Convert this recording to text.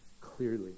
clearly